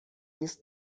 نیست